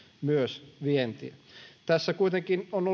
myös vientiä tässä on